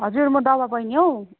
हजुर म दावा बहिनी हौ